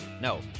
no